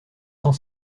cent